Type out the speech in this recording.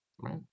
right